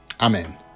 Amen